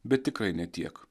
bet tikrai ne tiek